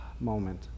moment